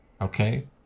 Okay